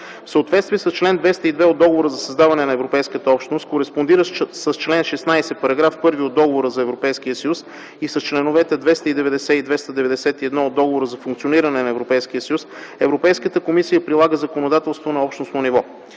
съответствие с чл. 202 от Договора за създаване на Европейската общност, кореспондиращ с чл. 16, параграф 1 от Договора за Европейския съюз и с членовете 290 и 291 от Договора за функциониране на Европейския съюз, Европейската комисия прилага законодателство на общностно ниво.